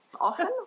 often